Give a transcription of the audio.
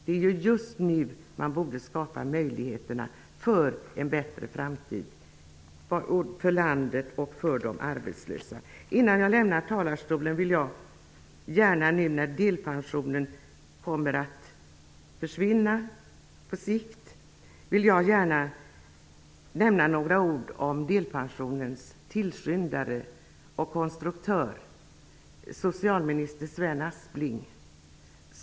Det är just nu man skall skapa möjligheterna för en bättre framtid för landet och för de arbetslösa. Innan jag lämnar talarstolen vill jag gärna, i samband med att delpensionen kommer att på sikt försvinna, nämna några ord om delpensionens tillskyndare och konstruktör, socialminister Sven Aspling.